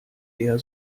eher